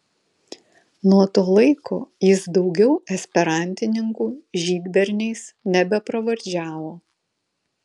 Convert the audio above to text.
nuo to laiko jis daugiau esperantininkų žydberniais nebepravardžiavo